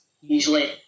usually